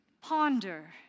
ponder